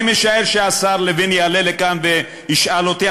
אני משער שהשר לוין יעלה לכאן וישאל אותי,